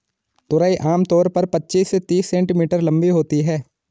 तुरई आम तौर पर पचीस से तीस सेंटीमीटर लम्बी होती है